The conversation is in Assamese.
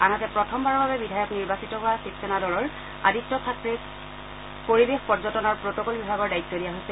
আনহাতে প্ৰথমবাৰৰ বাবে বিধায়ক নিৰ্বাচিত হোৱা শিৱসেনা দলৰ আদিত্য থাকৰেইক পৰিবেশ পৰ্যটন আৰু প্ৰটকল বিভাগৰ দায়িত্ব দিয়া হৈছে